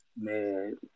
Man